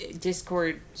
discord